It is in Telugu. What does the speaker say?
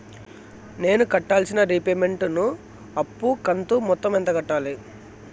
నేను కట్టాల్సిన రీపేమెంట్ ను అప్పు కంతు మొత్తం ఎంత కట్టాలి?